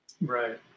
Right